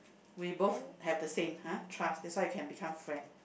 we both have the same ha trust that's why can become friend